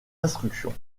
instructions